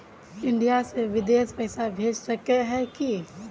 India से बिदेश पैसा भेज सके है की?